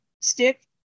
stick